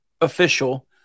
official